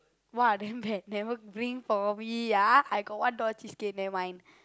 !wah! damn bad never bring for me ah I got one dollar cheesecake never mind